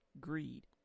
Greed